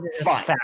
fine